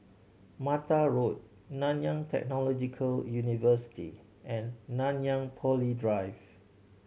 Mata Road Nanyang Technological University and Nanyang Poly Drive